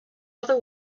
other